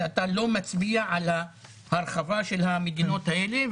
שאתה לא מצביע על ההרחבה של המדינות האלה.